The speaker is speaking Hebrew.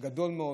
גדול מאוד.